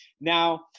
Now